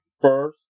first